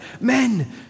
men